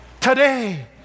Today